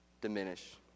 diminish